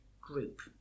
group